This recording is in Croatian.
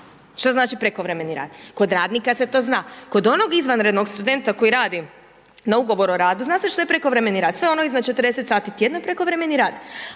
Što znači prekovremeni rad? Kod radnika se to zna. Kod onog izvanrednog studenta koji radi na ugovor o radu zna se što je prekovremeni rad sve ono iznad 40 sati tjedno je prekovremeni rad.